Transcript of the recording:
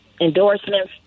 endorsements